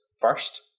First